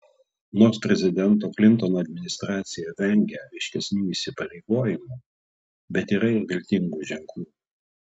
nors prezidento klintono administracija vengia aiškesnių įsipareigojimų bet yra ir viltingų ženklų